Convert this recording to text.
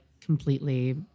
completely